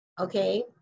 Okay